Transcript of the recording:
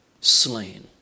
slain